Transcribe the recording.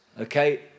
Okay